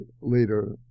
later